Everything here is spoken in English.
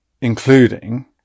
including